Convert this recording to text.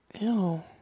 Ew